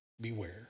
beware